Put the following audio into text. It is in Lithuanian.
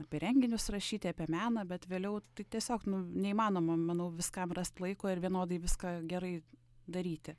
apie renginius rašyti apie meną bet vėliau tai tiesiog neįmanoma manau viskam rast laiko ir vienodai viską gerai daryti